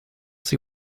see